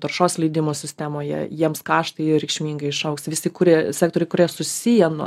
taršos leidimų sistemoje jiems kaštai reikšmingai išaugs visi kurie sektoriai kurie susiję nuo